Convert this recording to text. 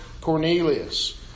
Cornelius